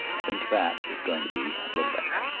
think that is going to be a little better.